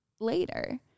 later